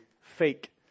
fake